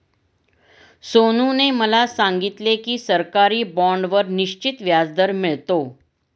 सोनूने मला सांगितले की सरकारी बाँडवर निश्चित व्याजदर मिळतो